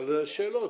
על השאלות.